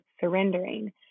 surrendering